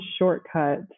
shortcut